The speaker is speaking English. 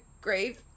grave